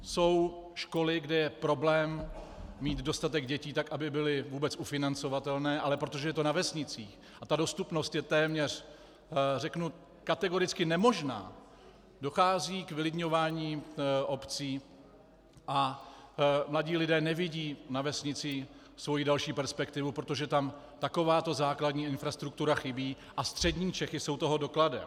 Jsou školy, kde je problém mít dostatek dětí tak, aby byly vůbec ufinancovatelné, ale protože to je na vesnicích a ta dostupnost je téměř řeknu kategoricky nemožná, dochází k vylidňování obcí, mladí lidé nevidí na vesnicích svoji další perspektivu, protože tam takováto základní infrastruktura chybí, a střední Čechy jsou toho dokladem.